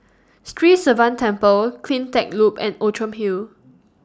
Sri Sivan Temple CleanTech Loop and Outram Hill